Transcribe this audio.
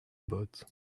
boat